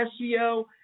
SEO